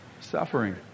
suffering